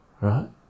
right